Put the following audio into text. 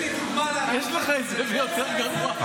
יש לך את זה ביותר גרוע?